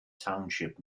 township